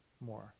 more